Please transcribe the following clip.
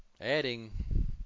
Adding